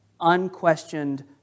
unquestioned